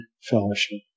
fellowship